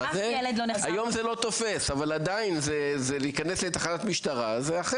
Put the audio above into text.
אף ילד לא נחקר בתחנת המשטרה.